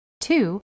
Two